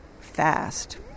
fast